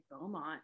beaumont